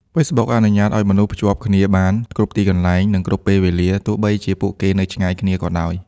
Facebook អនុញ្ញាតឲ្យមនុស្សភ្ជាប់គ្នាបាន គ្រប់ទីកន្លែង និងគ្រប់ពេលវេលា ទោះបីជាពួកគេនៅឆ្ងាយគ្នាក៏ដោយ។